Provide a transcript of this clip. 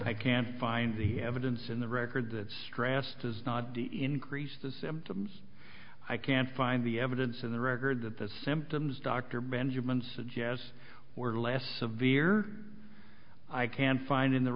i can find the evidence in the record that stress does not increase the symptoms i can't find the evidence in the record that the symptoms dr benjamin suggests were less severe i can find in the